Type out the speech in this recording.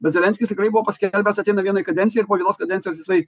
bet zelenskis tikrai buvo paskelbęs ateina vienai kadencijai ir po vienos kadencijos jisai